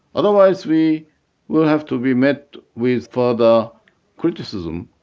otherwise, we will have to be met with further criticism.